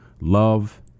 love